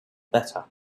better